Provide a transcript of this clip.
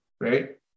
right